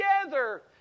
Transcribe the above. together